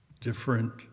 different